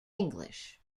english